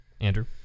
andrew